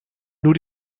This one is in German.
nur